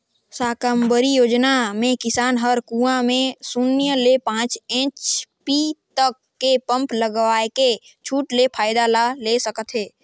साकम्बरी योजना मे किसान हर कुंवा में सून्य ले पाँच एच.पी तक के पम्प लगवायके छूट के फायदा ला ले सकत है